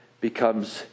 becomes